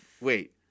wait